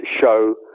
show